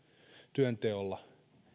työnteolla